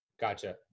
gotcha